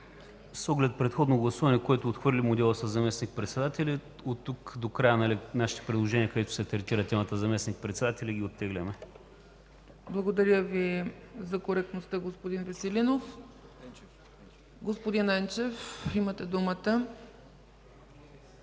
С оглед предходно гласуване, което отхвърли модела със заместник-председатели, оттук до края нашите предложения, където се третира темата за заместник-председатели, ги оттегляме. ПРЕДСЕДАТЕЛ ЦЕЦКА ЦАЧЕВА: Благодаря Ви за коректността, господин Веселинов. Господин Енчев, имате думата.